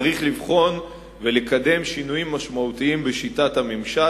צריך לבחון ולקדם שינויים משמעותיים בשיטת הממשל,